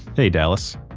hey, dallas